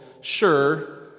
Sure